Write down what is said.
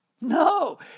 No